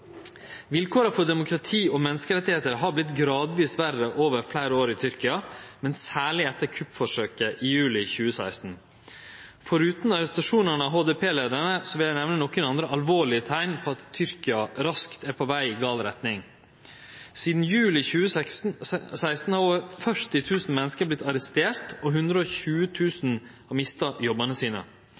Vilkåra for demokrati og menneskerettar har vorte gradvis verre over fleire år i Tyrkia, men særleg etter kuppforsøket i juli 2016. I tillegg til arrestasjonane av HDP-leiarane vil eg nemne nokre andre alvorlege teikn på at Tyrkia er raskt på veg i gal retning. Sidan juli 2016 har over 40 000 menneske vorte arresterte, og 120 000 har mista jobbane sine.